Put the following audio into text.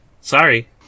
Sorry